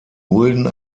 mulden